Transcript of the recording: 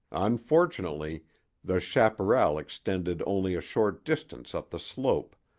unfortunately the chaparral extended only a short distance up the slope,